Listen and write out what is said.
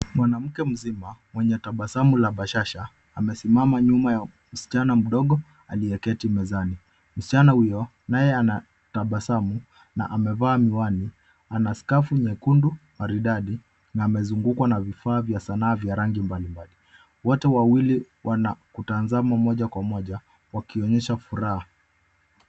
Mwanamke mzima mwenye tabasamu la bashasha amesimama nyuma ya msichana mdogo aliyeketi mezani. Msichana huyo naye anatabasamu na amevaa miwani, ana skafu nyekundu maridadi na amezungukwa na vifaa vya sanaa vya rangi mbalimbali. Wote wawili wanakutazama moja kwa moja, wakionyesha furaha.